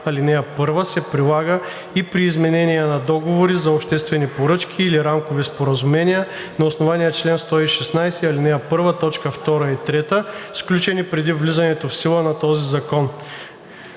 ал. 1 се прилага и при изменение на договори за обществени поръчки или рамкови споразумения на основание чл. 116, ал. 1, т. 2 и 3, сключени преди влизането в сила на този закон.